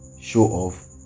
show-off